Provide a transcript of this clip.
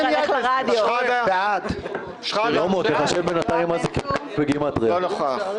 אנטאנס שחאדה בעד יואב בן צור, לא נוכח